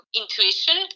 intuition